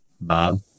Bob